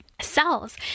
cells